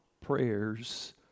prayers